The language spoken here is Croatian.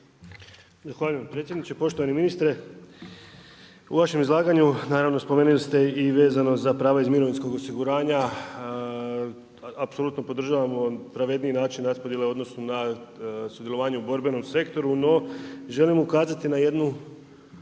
Zahvaljujem predsjedniče, poštovani ministre. U vašem izlaganju, naravno spomenuli ste i vezano za prava iz mirovinskog osiguranja, apsolutno podržavamo pravedniji način raspodjele u odnosu na sudjelovanje u borbenom sektoru, no želim ukazati na jedan